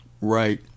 right